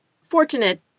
fortunate